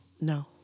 No